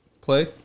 play